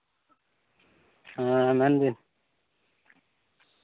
ᱦᱮᱸ ᱢᱮᱱ ᱵᱤᱱ